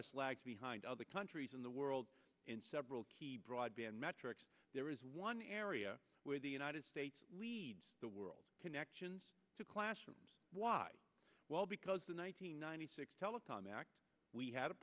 s lags behind other countries in the world in several key broadband metrics there is one area where the united states leads the world connections to classrooms why well because the one nine hundred ninety six telecom act we had a